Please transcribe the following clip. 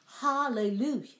Hallelujah